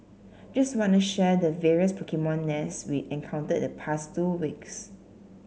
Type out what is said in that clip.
just wanna share the various Pokemon nests we encountered the past two weeks